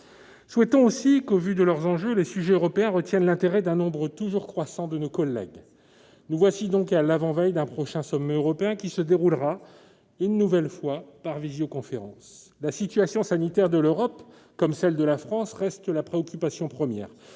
Souhaitons aussi que, au vu des enjeux, les sujets européens retiennent l'intérêt d'un nombre toujours croissant de nos collègues. Nous voici donc à l'avant-veille d'un prochain sommet européen, qui se déroulera une nouvelle fois par visioconférence. La situation sanitaire de l'Europe, comme celle de la France, reste la préoccupation première.